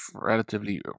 relatively